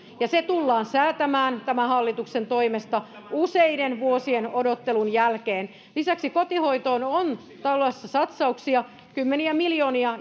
se tullaan säätämään tämän hallituksen toimesta useiden vuosien odottelun jälkeen lisäksi kotihoitoon on tulossa satsauksia kymmeniä miljoonia